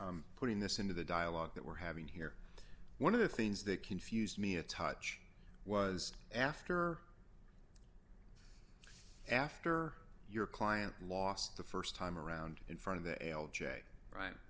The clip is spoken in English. of putting this into the dialogue that we're having here one of the things that confused me a touch was after after your client lost the st time around in front of the l j right